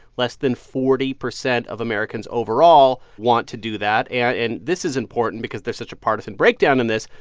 less than forty percent of americans overall want to do that. and this is important because there's such a partisan breakdown in this.